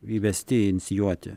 įvesti inicijuoti